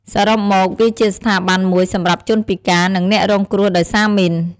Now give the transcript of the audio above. សរុបមក វាជាស្ថាប័នមួយសម្រាប់ជនពិការ និងអ្នករងគ្រោះដោយសារមីន។